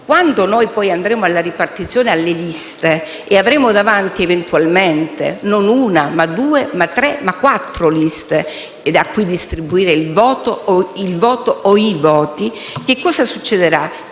quando noi poi andremo alla ripartizione e alle liste e avremo davanti, eventualmente non una, ma due, tre o quattro liste, alle quali distribuire il voto o i voti, succederà